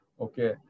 Okay